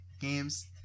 games